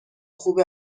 خوب